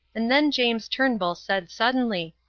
and then james turnbull said suddenly,